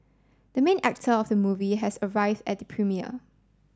the main actor of movie has arrived at the premiere